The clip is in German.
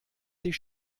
sich